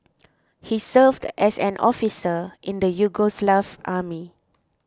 he served as an officer in the Yugoslav army